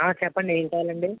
చెప్పండి ఏమి కావాలండి